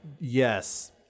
yes